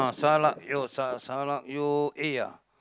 salak yo sa~ sa~ salak yo A ah